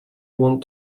want